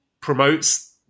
promotes